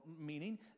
meaning